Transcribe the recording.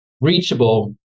reachable